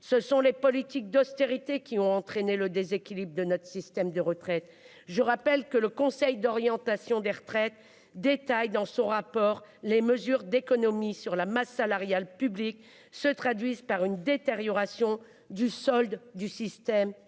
Ce sont les politiques d'austérité qui ont entraîné le déséquilibre de notre système de retraite. Je rappelle que le Conseil d'orientation des retraites indique dans son rapport que les mesures d'économies sur la masse salariale publique se traduisent « par une détérioration du solde du système